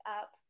up